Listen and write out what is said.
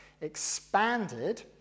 expanded